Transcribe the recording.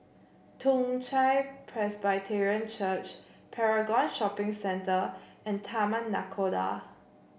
Toong Chai Presbyterian Church Paragon Shopping Centre and Taman Nakhoda